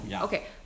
okay